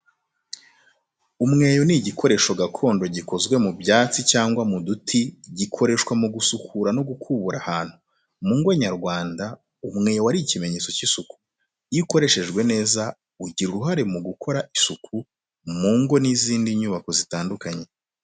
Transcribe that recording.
Umweyo ni igikoresho gakondo gikozwe mu byatsi cyangwa mu duti, gikoreshwa mu gusukura no gukubura ahantu. Mu ngo nyarwanda, umweyo wari ikimenyetso cy’isuku, iyo ukoreshejwe neza, ugira uruhare mu gukora isuku yo mu rugo n’izindi nyubako zitandukanye.